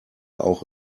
auch